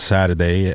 Saturday